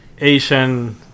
Asian